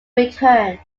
return